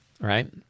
right